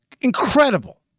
Incredible